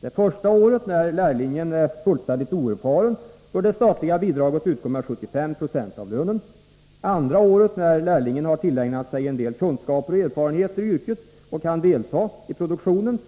Det första året, när lärlingen är fullständigt oerfaren, bör det statliga bidraget utgå med 75 96 av lönen. Andra året, när lärlingen har tillägnat sig en del kunskaper och erfarenheter i yrket och kan delta i produktionen,